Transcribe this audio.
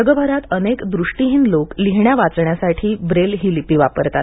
जगभरात अनेक दृष्टीहीन लोक लिहिण्या वाचण्यासाठी ब्रेल ही लिपी वापरतात